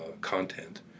content